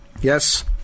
Yes